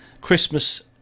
Christmas